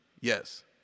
Yes